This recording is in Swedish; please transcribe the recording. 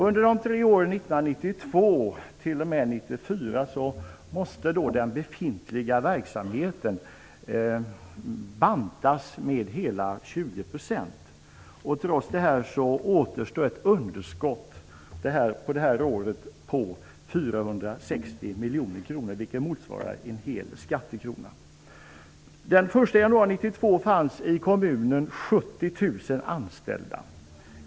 Under åren 1992 t.o.m. 1994 måste den befintliga verksamheten bantas med 20 %! Trots detta återstår ett underskott för detta år på 460 miljoner kronor, vilket motsvarar en hel skattekrona. Den 1 januari 1992 fanns det 70 000 anställda i kommunen.